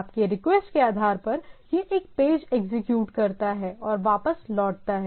आपके रिक्वेस्ट के आधार पर यह एक पेज एग्जीक्यूट करता है और वापस लौटता है